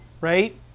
right